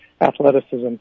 athleticism